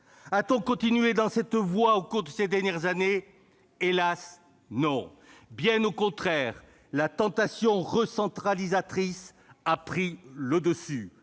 A-t-on continué dans cette voie au cours des dernières années ? Hélas, non ! Bien au contraire, la tentation recentralisatrice a pris le dessus.